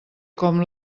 com